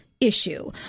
issue